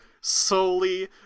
solely